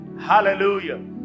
Hallelujah